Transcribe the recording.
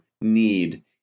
need